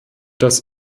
das